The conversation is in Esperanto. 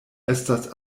estas